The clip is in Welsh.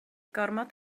gormod